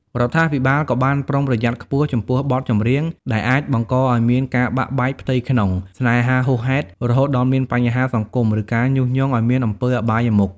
រដ្ឋាភិបាលក៏បានប្រុងប្រយ័ត្នខ្ពស់ចំពោះបទចម្រៀងដែលអាច បង្កឱ្យមានការបែកបាក់ផ្ទៃក្នុង ស្នេហាហួសហេតុរហូតដល់មានបញ្ហាសង្គម ឬការញុះញង់ឱ្យមានអំពើអបាយមុខ។